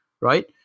right